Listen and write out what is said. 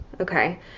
Okay